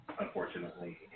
unfortunately